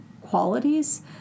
qualities